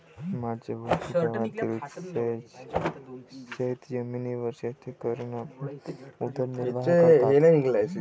माझे वडील गावातील शेतजमिनीवर शेती करून आपला उदरनिर्वाह करतात